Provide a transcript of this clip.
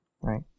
right